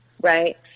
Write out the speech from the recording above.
right